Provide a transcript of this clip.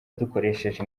dukoresheje